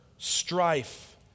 Strife